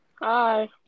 Hi